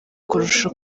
kurusha